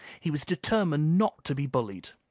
he was determined not to be bullied.